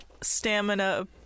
stamina